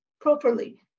properly